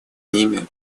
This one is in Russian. ними